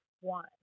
one